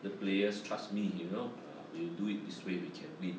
the players trust me you know you ah we'll do it this way we can win